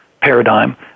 paradigm